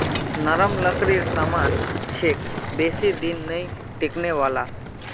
नरम लकड़ीर सामान छिके बेसी दिन नइ टिकने वाला